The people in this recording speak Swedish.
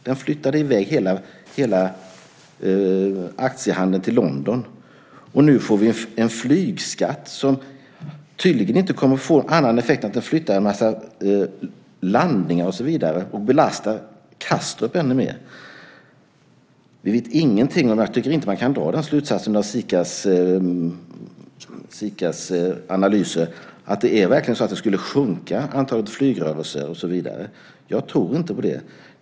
Den gjorde att hela aktiehandeln flyttade till London. Nu får vi en flygskatt som tydligen inte kommer att få någon annan effekt än att man flyttar en massa landningar och belastar Kastrup ännu mer. Jag tycker inte att man ska dra den slutsatsen av SIKA:s analyser att det skulle göra att antalet flygresor sjunker och så vidare. Jag tror inte på det.